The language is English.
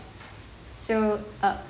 so uh